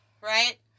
right